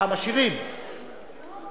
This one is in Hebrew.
משאירים בינתיים.